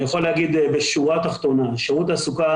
אני יכול להגיד בשורה התחתונה ששירות התעסוקה